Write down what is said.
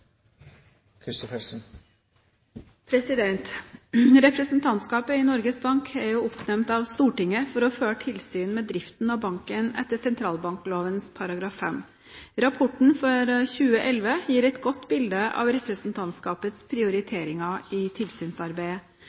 8. Representantskapet i Norges Bank er oppnevnt av Stortinget for å føre tilsyn med driften av banken etter sentralbankloven § 5. Rapporten for 2011 gir et godt bilde av representantskapets prioriteringer i tilsynsarbeidet.